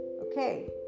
Okay